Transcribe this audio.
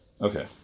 okay